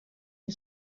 une